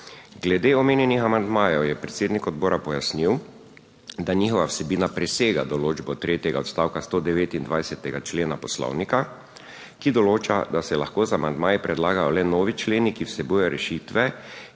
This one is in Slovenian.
Glede omenjenih amandmajev je predsednik odbora pojasnil, da njihova vsebina presega določbo tretjega odstavka 129. člena Poslovnika, ki določa, da se lahko z amandmaji predlagajo le novi členi, ki vsebujejo rešitve,